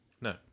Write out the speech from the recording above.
No